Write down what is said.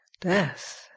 death